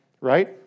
right